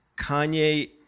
Kanye